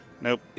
Nope